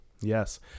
Yes